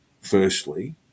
firstly